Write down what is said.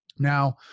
Now